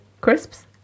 crisps